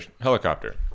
helicopter